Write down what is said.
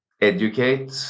educate